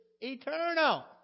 eternal